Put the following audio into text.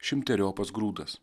šimteriopas grūdas